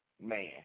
man